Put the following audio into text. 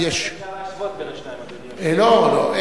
אבל אי-אפשר להשוות בין השניים, אדוני היושב-ראש.